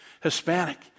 Hispanic